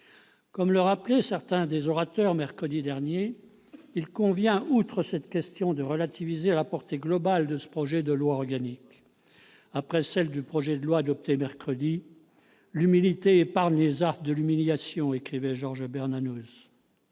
Comme le rappelaient certains orateurs mercredi dernier, il convient, outre cette question, de relativiser la portée globale de ce projet de loi organique, après celle du projet de loi adopté mercredi. « L'humilité épargne les affres de l'humiliation », écrivait Georges Bernanos.